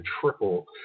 triple